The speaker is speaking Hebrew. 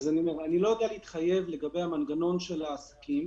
אני לא יודע להתחייב לגבי המנגנון של העסקים,